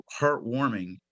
heartwarming